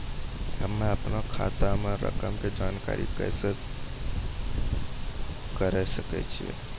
हम्मे अपनो खाता के रकम के जानकारी कैसे करे सकय छियै?